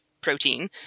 protein